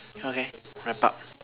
okay wrap up